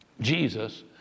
Jesus